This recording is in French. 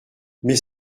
mais